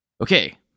Okay